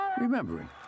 remembering